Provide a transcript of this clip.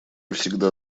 всегда